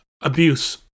abuse